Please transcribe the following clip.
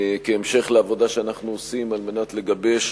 כהמשך לעבודה שאנחנו עושים על מנת לגבש